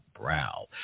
Brow